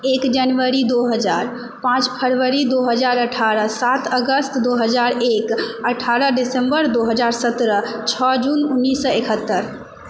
एक जनवरी दू हजार पाँच फरवरी दू हजार अठारह सात अगस्त दू हजार एक अठारह दिसम्बर दू हजार सत्रह छओ जून उन्नैस सए इकहत्तरि